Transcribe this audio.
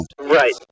Right